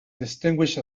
distinguished